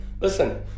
listen